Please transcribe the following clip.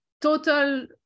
total